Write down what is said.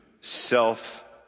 self